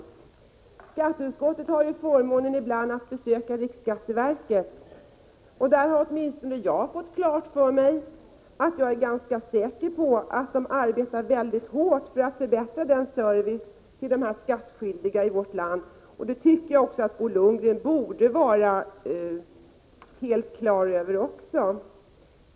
Skatteutskottet har ju ibland förmånen att få besöka riksskatteverket, och åtminstone jag har blivit på det klara med att riksskatteverket arbetar mycket hårt för att förbättra servicen till de skattskyldiga i vårt land. Jag tycker att även Bo Lundgren borde vara helt på det klara med detta.